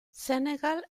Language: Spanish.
senegal